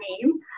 name